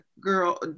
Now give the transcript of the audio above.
girl